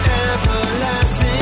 everlasting